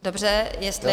Dobře, jestli...